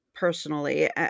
Personally